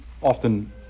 often